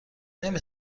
نمی